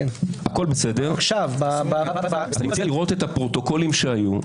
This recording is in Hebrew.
אני מציע לראות את הפרוטוקולים שהיו,